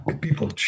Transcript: people